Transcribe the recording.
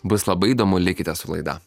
bus labai įdomu likite su laida